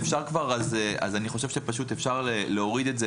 אפשר להוריד את זה